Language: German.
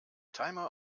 timer